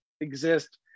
exist